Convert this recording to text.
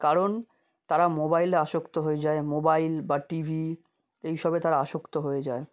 কারণ তারা মোবাইলে আসক্ত হয়ে যায় মোবাইল বা টিভি এইসবে তারা আসক্ত হয়ে যায়